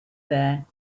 there